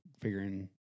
figuring